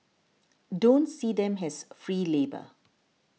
don't see them as free labour